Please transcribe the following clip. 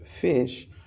fish